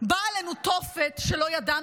באה עלינו תופת שלא ידענו,